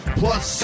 plus